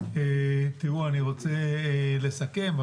תראו, אני רוצה לסכם.